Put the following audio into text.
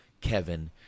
Kevin